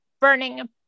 burning